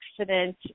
accident